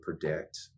predict